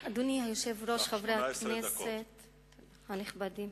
אדוני היושב-ראש, חברי הכנסת הנכבדים,